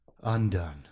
undone